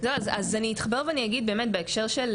זהו אז אני אתחבר ואני אגיד באמת בהקשר של